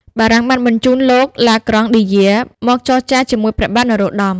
បារាំងបានបញ្ជូនលោក ឡាក្រង់ឌីយែ មកចរចាជាមួយព្រះបាទនរោត្តម ។